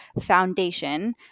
foundation